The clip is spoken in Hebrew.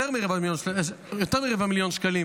יותר מרבע מיליון שקלים